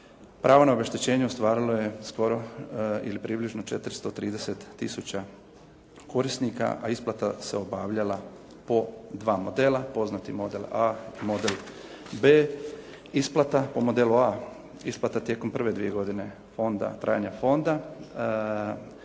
pravo na obeštećenje ostvarilo je skoro ili približno 430 tisuća korisnika, a isplata se obavljala po dva modela, poznati model A, model B. Isplata po modelu A, isplata tijekom prve dvije godine onda trajanja fonda.